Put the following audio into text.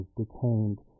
detained